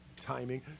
Timing